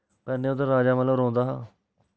कन्नै उद्धर राजा मतलव रौह्ंदा हा